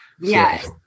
Yes